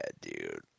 dude